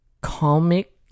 comic